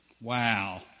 Wow